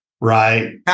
right